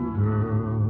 girl